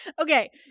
Okay